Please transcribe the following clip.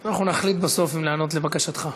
אנחנו נחליט בסוף אם להיענות לבקשתך.